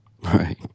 Right